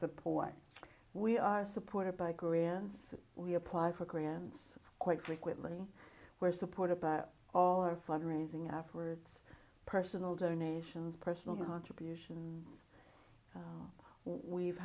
support we are supported by koreans we apply for grants quite frequently where support about all our fund raising afterwards personal donations personal contributions we've